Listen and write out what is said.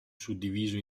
suddiviso